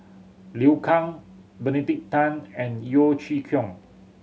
Liu Kang Benedict Tan and Yeo Chee Kiong